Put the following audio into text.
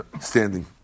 standing